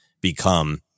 become